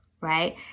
right